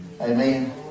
Amen